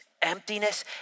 emptiness